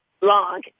long